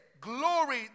glory